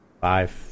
Five